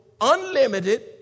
unlimited